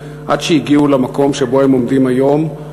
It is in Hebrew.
עד שהגיעו למקום שבו הם עומדים היום,